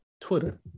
Twitter